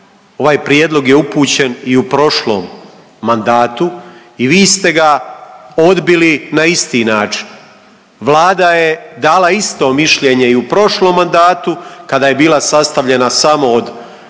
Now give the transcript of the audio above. Ovaj prijedlog je upućen i u prošlom mandatu i vi ste ga odbili na isti način. Vlada je dala isto mišljenje i u prošlom mandatu kada je bila sastavljena samo od,